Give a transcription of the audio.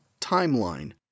timeline